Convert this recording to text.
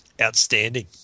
outstanding